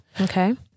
Okay